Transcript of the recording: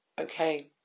Okay